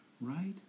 Right